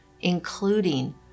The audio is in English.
including